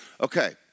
Okay